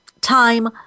time